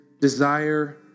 desire